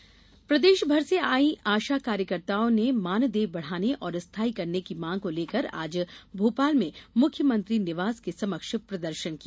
आशा कार्यकर्ता प्रदर्शन प्रदेश भर से आई आशा कार्यकर्ताओं ने मानदेय बढ़ाने और स्थायी करने की मांग को लेकर आज भोपाल में मुख्यमंत्री निवास के समक्ष प्रदर्शन किया